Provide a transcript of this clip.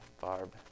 Barb